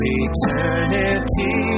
eternity